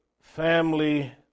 family